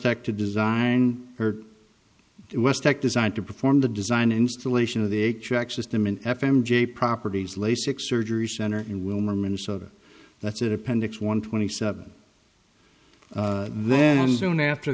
tech to design her west tech design to perform the design installation of the eight track system in f m j properties lasik surgery center and will minnesota that's at appendix one twenty seven then soon after